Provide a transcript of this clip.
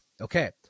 Okay